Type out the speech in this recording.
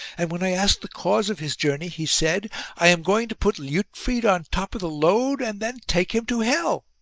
and when i asked the cause of his journey, he said i am going to put liutfrid on top of the load, and then take him to hell